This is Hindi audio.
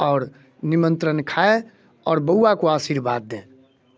और निमंत्रण खाए और बउआ को आशीर्वाद दें